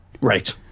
Right